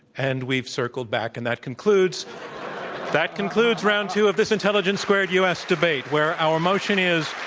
and we've circled back, and that concludes that concludes round two of this intelligence squared u. s. debate, where our motion is,